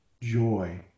joy